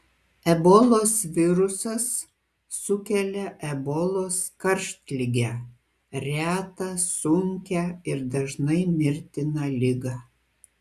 ebolos virusas sukelia ebolos karštligę retą sunkią ir dažnai mirtiną ligą